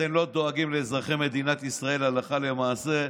שאתם לא באמת דואגים לאזרחי מדינת ישראל הלכה למעשה,